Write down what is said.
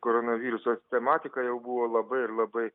koronavirusos tematika jau buvo labai ir labai